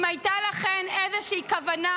אם הייתה לכם איזושהי כוונה,